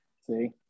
see